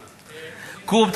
קום,